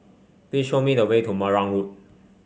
please show me the way to Marang Road